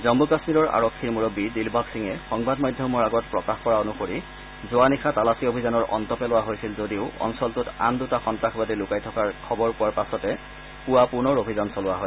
জম্ম কাশ্মীৰৰ আৰক্ষীৰ মুৰববী দিলবাগ সিঙে সংবাদ মাধ্যমৰ আগত প্ৰকাশ কৰা অনুসৰি যোৱা নিশা তালাচী অভিযানৰ অন্ত পেলোৱা হৈছিল যদিও অঞ্চলটোত আন দুটা সন্তাসবাদী লুকাই থকাৰ খবৰ পোৱাৰ পাছতে পুৱা পুনৰ অভিযান চলোৱা হয়